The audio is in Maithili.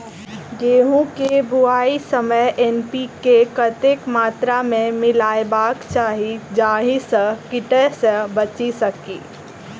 गेंहूँ केँ बुआई समय एन.पी.के कतेक मात्रा मे मिलायबाक चाहि जाहि सँ कीट सँ बचि सकी?